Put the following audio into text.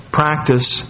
practice